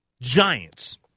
Giants